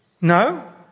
no